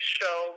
show